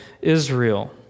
Israel